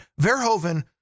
Verhoeven